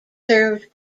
served